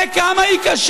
לא משנה כמה היא קשה,